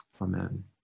Amen